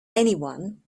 anyone